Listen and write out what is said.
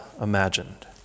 imagined